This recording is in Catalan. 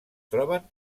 troben